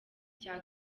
icya